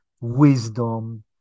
wisdom